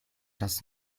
das